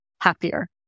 happier